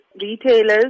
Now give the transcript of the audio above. retailers